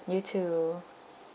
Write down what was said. you too